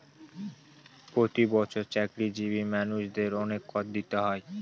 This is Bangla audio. প্রতি বছর চাকরিজীবী মানুষদের অনেক কর দিতে হয়